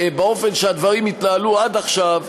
באופן שהדברים התנהלו עד עכשיו,